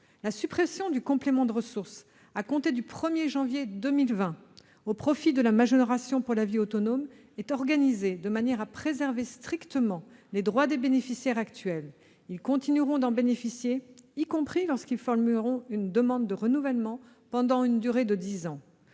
janvier 2020, du complément de ressources au profit de la majoration pour la vie autonome est organisée de manière à préserver strictement les droits des bénéficiaires actuels. Ils continueront d'en bénéficier, y compris lorsqu'ils formuleront une demande de renouvellement, pendant une durée de dix ans.